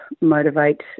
motivate